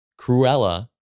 Cruella